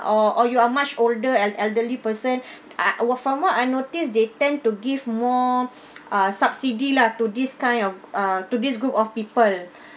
or or you are much older an elderly person I uh from what I notice they tend to give more ah subsidy lah to this kind of uh to this group of people